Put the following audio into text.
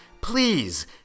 Please